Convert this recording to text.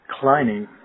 declining